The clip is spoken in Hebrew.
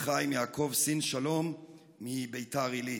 וחיים יעקב סין שלום מביתר עילית.